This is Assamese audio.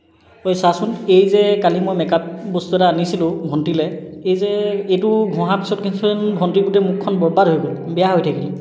ঐ চাচোন এই যে কালি মই মেক আপ বস্তু এটা আনিছিলোঁ ভণ্টীলৈ এই যে এইটো ঘঁহাৰ পিছত ভণ্টীৰ গোটেই মুখখন বৰবাদ হৈ গ'ল বেয়া হৈ থাকিলে